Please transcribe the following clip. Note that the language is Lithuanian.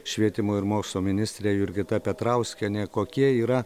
švietimo ir mokslo ministrė jurgita petrauskienė kokie yra